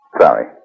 Sorry